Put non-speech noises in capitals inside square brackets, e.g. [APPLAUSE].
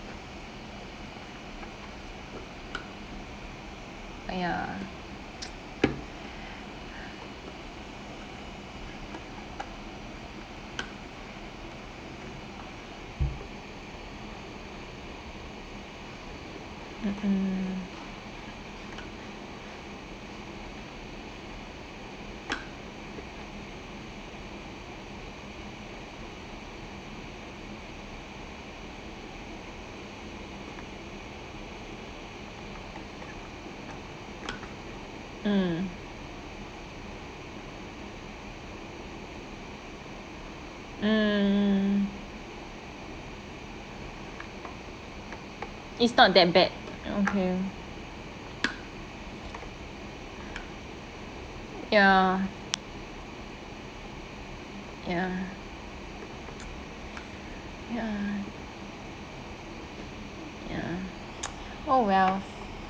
!aiya! [NOISE] [BREATH] [NOISE] [NOISE] mmhmm [NOISE] mm mm it's not that bad [NOISE] okay [NOISE] ya ya ya ya [NOISE] oh well